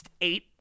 eight